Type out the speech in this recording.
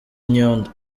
inyundo